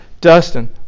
Dustin